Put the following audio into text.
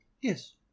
Yes